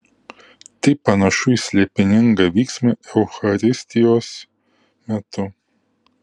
tai panašu į slėpiningą vyksmą eucharistijos metu